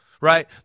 right